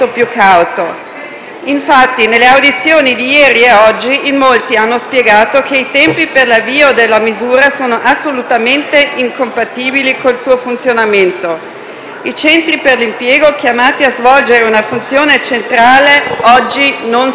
Infatti, nelle audizioni di ieri e oggi, in molti hanno spiegato che i tempi per l'avvio della misura sono assolutamente incompatibili con il suo funzionamento. I centri per l'impiego, chiamati a svolgere una funzione centrale, oggi non funzionano.